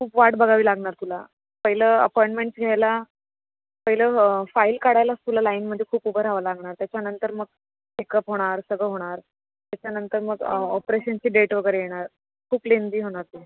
खूप वाट बघावी लागणार तुला पहिलं अपॉईंटमेंट्स घ्यायला पहिलं फाईल काढायलाच तुला लाईनमध्ये खूप उभं रहावं लागणार त्याच्यानंतर मग चेकअप होणार सगळं होणार त्याच्यानंतर मग ऑपरेशनची डेट वगैरे येणार खूप लेंदी होणार ते